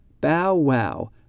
Bow-wow